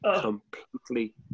Completely